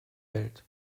welt